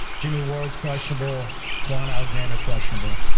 jimmy ward's questionable quan alexander questionable.